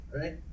right